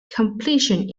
completion